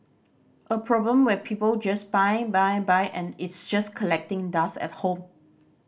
a problem where people just buy buy buy and it's just collecting dust at home